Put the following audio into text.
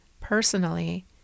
personally